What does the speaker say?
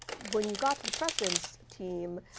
when you got to the president's team,